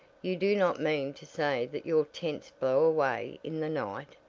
you do not mean to say that your tents blow away in the night?